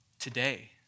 Today